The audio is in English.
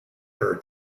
her